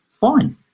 fine